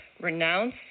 renounce